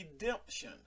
redemption